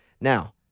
Now